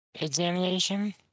examination